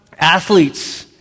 athletes